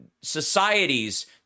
societies